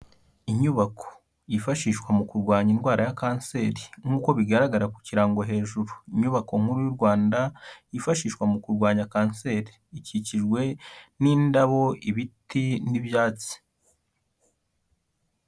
Inyubako yifashishwa mu kurwanya indwara ya kanseri, nk'uko bigaragara ku kirango hejuru, inyubako nkuru y'u Rwanda yifashishwa mu kurwanya kanseri, ikikijwe n'indabo, ibiti n'ibyatsi.